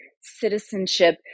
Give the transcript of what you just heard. citizenship